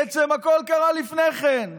בעצם הכול קרה לפני כן,